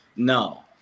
No